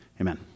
amen